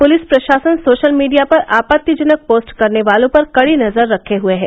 police प्रशासन social media पर आपत्तिजनक पोस्ट करने वालों पर कड़ी नजर रखे हुये है